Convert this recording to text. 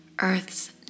Earth's